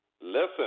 Listen